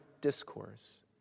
discourse